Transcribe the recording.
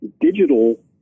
digital